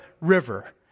River